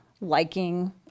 liking